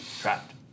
trapped